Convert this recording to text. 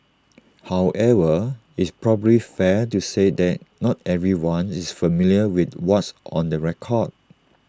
however is probably fair to say that not everyone is familiar with what's on the record